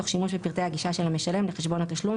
תוך שימוש בפרטי הגישה של המשלם לחשבון התשלום